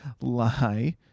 lie